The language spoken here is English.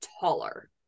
taller